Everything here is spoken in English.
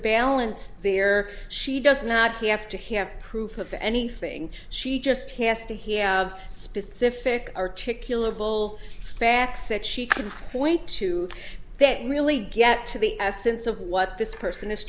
balance there she does not have to have proof of anything she just has to he have specific articulable facts that she can point to that really get to the essence of what this person is